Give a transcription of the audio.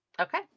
Okay